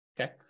Okay